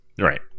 Right